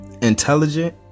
intelligent